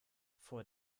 vor